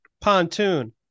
pontoon